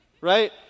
Right